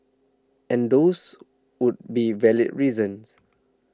and those would be valid reasons